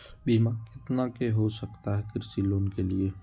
बीमा कितना के हो सकता है कृषि लोन के लिए?